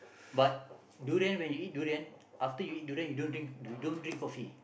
but durian when you eat durian after you eat durian you don't drink you don't drink coffee